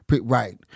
right